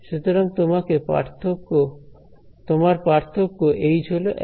সুতরাং তোমার পার্থক্য এইচ হল 1